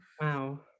Wow